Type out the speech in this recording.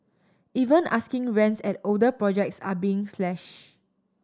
even asking rents at older projects are being slashed